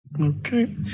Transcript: Okay